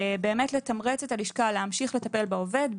לתמרץ את הלשכה להמשיך לטפל בעובד.